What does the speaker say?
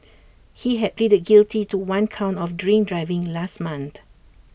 he had pleaded guilty to one count of drink driving last month